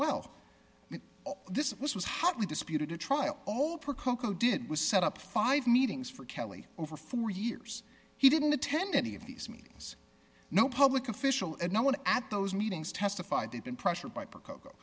well this was hotly disputed a trial all percoco did was set up five meetings for kelly over four years he didn't attend any of these meetings no public official and no one at those meetings testified they've been pressured by percoco